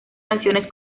canciones